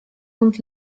und